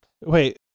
Wait